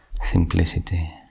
simplicity